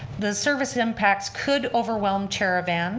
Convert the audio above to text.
the service impacts could overwhelm chair-a-van